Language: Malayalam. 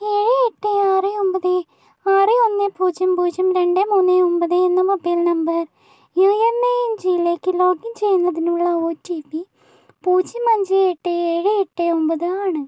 ഏഴ് എട്ട് ആറ് ഒൻപത് ആറ് ഒന്ന് പൂജ്യം പൂജ്യം രണ്ട് മൂന്ന് ഒൻപത് എന്ന mobile number U M A N ജിയിലേക്ക് ലോഗിൻ ചെയ്യുന്നതിനുള്ള ഒ ടി പി പൂജ്യം അഞ്ച് എട്ട് ഏഴ് എട്ട് ഒൻപത് ആണ്